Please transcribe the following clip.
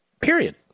Period